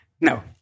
no